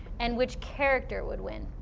and which character would win?